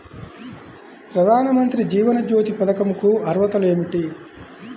ప్రధాన మంత్రి జీవన జ్యోతి పథకంకు అర్హతలు ఏమిటి?